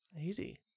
Easy